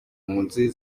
mpunzi